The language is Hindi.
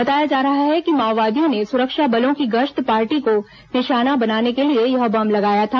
बताया जा रहा है कि माओवादियों ने सुरक्षा बलों की गश्त पार्टी को निशाना बनाने के लिए यह बम लगाया था